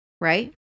Right